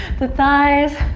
the thighs.